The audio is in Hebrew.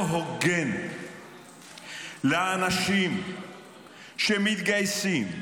אני רוצה להגיד לכם דבר אחד: זה לא הוגן לאנשים שמתגייסים,